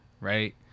right